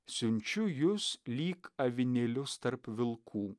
siunčiu jus lyg avinėlius tarp vilkų